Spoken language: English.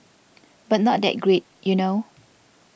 but not that great you know